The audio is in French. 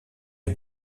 est